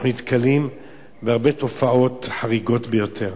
נתקלים בהרבה תופעות חריגות ביותר.